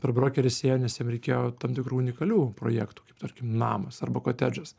per brokerius ėjo nes jiem reikėjo tam tikrų unikalių projektų kaip tarkim namas arba kotedžas